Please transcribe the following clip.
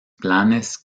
planes